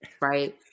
right